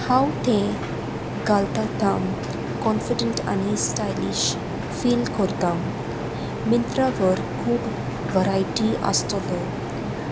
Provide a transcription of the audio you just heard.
हांव तें घालतात कॉन्फिडंट आनी स्टायलीश फील करत मिंत्रा वर खूब वरायटी आसतलो